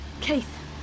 Keith